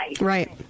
Right